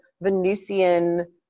venusian